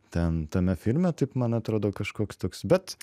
ten tame filme taip man atrodo kažkoks toks bet